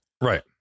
Right